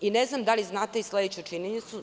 Ne znam da li znate sledeću činjenicu.